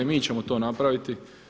Mi ćemo to napraviti.